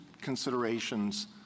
considerations